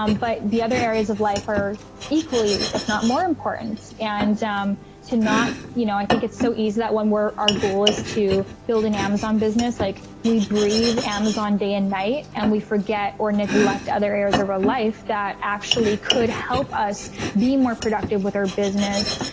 um but the other areas of life are equally if not more important. and um to not, you know i think it's so easy that when we're our goal is to build an amazon business, like we breathe amazon day and night and we forget or neglect other areas of our life, that actually could help us be more productive with our business.